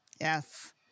Yes